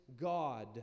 God